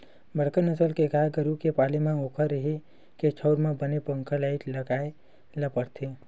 बड़का नसल के गाय गरू के पाले म ओखर रेहे के ठउर म बने पंखा, लाईट लगाए ल परथे